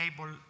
able